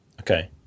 Okay